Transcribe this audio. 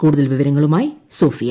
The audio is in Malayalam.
കൂടുതൽ വിവരങ്ങളുമായി സോഫിയ